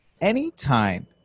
anytime